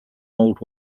old